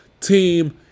team